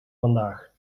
vandaag